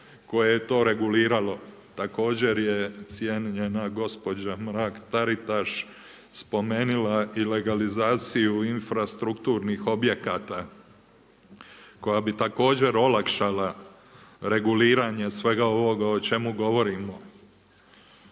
koje je to reguliralo. Također, je cijenjena gospođa Mrak-Taritaš spomenula i legalizaciju u infrastrukturnih objekata, koja bi također olakšala reguliranje svega ovoga o čemu govorimo.